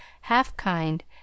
half-kind